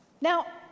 Now